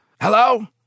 Hello